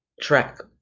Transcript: track